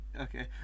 Okay